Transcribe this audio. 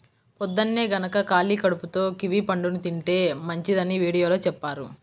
పొద్దన్నే గనక ఖాళీ కడుపుతో కివీ పండుని తింటే మంచిదని వీడియోలో చెప్పారు